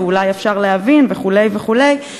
ואולי אפשר להבין וכו' וכו',